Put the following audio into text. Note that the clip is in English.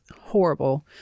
horrible